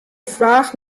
fraach